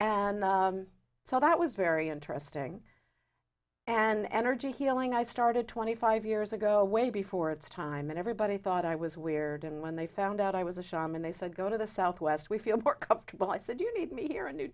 and so that was very interesting and energy healing i started twenty five years ago way before its time and everybody thought i was weird and when they found out i was a sham and they said go to the southwest we feel more comfortable i said you need me here in new